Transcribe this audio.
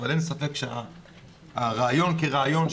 אבל אין ספק שהרעיון כרעיון,